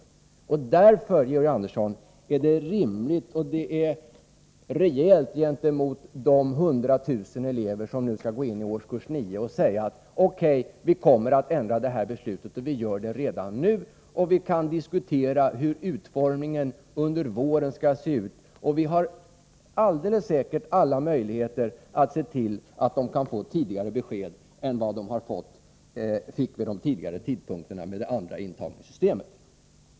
Det är därför, Georg Andersson, rimligt och rejält gentemot de 100 000 elever som nu skall gå in i årskurs 9 att säga: Vi kommer att ändra detta beslut redan nu, och vi kan diskutera hur utformningen under våren skall se ut. Vi har alldeles säkert alla möjligheter att se till att eleverna kan få besked tidigare än de fick förut med det andra intagningssystemet.